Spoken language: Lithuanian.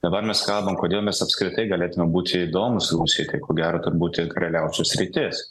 dabar mes kalbam kodėl mes apskritai galėtume būti įdomūs rusijai tai ko gero kad būtent karaliaučiaus sritis